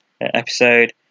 episode